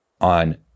on